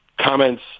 comments